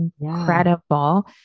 incredible